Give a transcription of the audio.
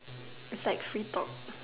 sexy talk